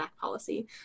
policy